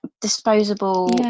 disposable